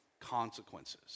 consequences